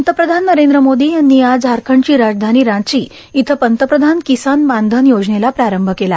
पंतप्रधान नरेंद्र मोदी यांनी आज झारखंडची राजधानी रांची इथं पंतप्रधान किसान मानधन योजनेला प्रारंभ केला